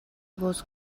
was